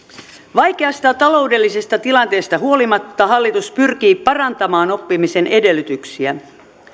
vaikeasta taloudellisesta tilanteesta huolimatta hallitus pyrkii parantamaan oppimisen edellytyksiä